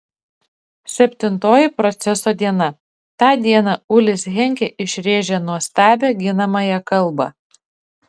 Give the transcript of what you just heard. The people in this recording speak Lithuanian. septintoji proceso diena tą dieną ulis henkė išrėžė nuostabią ginamąją kalbą